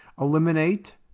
eliminate